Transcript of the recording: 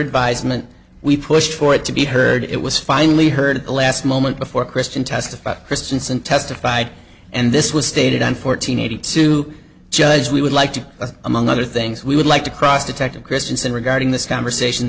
advisement we pushed for it to be heard it was finally heard the last moment before christian testified christianson testified and this was stated on fourteen eighty two judge we would like to among other things we would like to cross detective christensen regarding this conversation